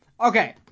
Okay